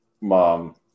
mom